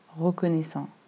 reconnaissant